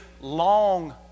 long